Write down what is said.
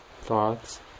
thoughts